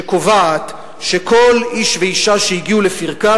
הקובעת ש"כל איש ואשה שהגיעו לפרקם